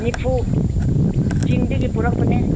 ꯅꯤꯐꯨ ꯆꯤꯡꯗꯒꯤ ꯄꯨꯔꯛꯄꯅꯦ